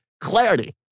Clarity